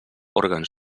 òrgans